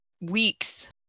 weeks